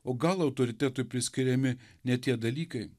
o gal autoritetui priskiriami ne tie dalykai